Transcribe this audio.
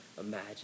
imagine